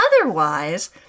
Otherwise